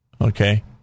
Okay